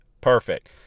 perfect